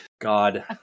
God